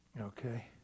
Okay